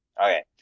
Okay